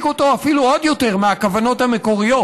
אותו אפילו עוד יותר מהכוונות המקוריות: